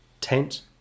tent